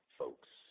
folks